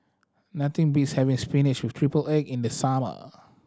nothing beats having spinach with triple egg in the summer